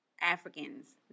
Africans